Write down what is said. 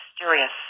mysterious